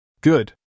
Good